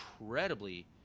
incredibly